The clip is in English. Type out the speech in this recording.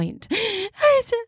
point